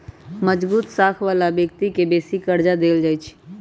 मजगुत साख बला व्यक्ति के बेशी कर्जा देल जाइ छइ